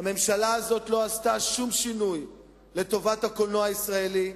הממשלה הזאת לא עשתה שום שינוי לטובת הקולנוע הישראלי.